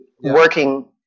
working